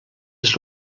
les